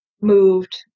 moved